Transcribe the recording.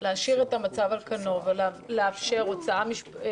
להשאיר את המצב על כנו ולאפשר הוצאה